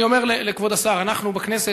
ואני אומר לכבוד השר: אנחנו בכנסת,